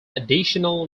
additional